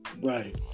Right